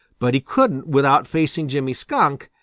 but he couldn't without facing jimmy skunk,